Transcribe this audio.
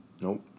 Nope